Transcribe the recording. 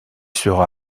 sera